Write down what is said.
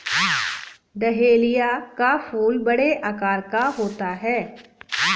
dahlia का फूल बड़े आकार का होता है